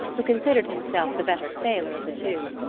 who considered himself the better sailor of the two.